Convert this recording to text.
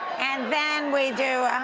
and then we do,